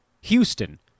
Houston